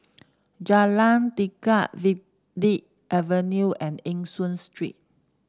Jalan Tekad Verde Avenue and Eng Hoon Street